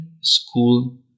School